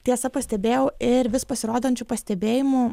tiesa pastebėjau ir vis pasirodančių pastebėjimų